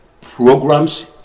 programs